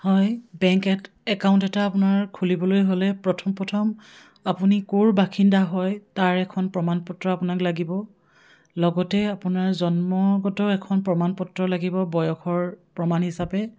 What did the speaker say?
হয় বেংক এক একাউণ্ট এটা আপোনাৰ খুলিবলৈ হ'লে প্ৰথম প্ৰথম আপুনি ক'ৰ বাসিন্দা হয় তাৰ এখন প্ৰমাণ পত্ৰ আপোনাক লাগিব লগতে আপোনাৰ জন্মগত এখন প্ৰমাণ পত্ৰ লাগিব বয়সৰ প্ৰমাণ হিচাপে